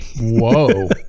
Whoa